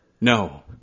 No